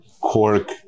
cork